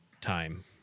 time